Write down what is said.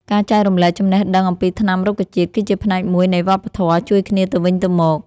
ការចែករំលែកចំណេះដឹងអំពីថ្នាំរុក្ខជាតិ គឺជាផ្នែកមួយនៃវប្បធម៌ជួយគ្នាទៅវិញទៅមក។